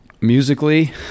Musically